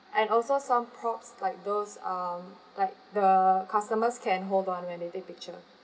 and also some props like those um like the customers can hold on when they take picture